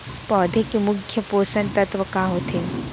पौधे के मुख्य पोसक तत्व का होथे?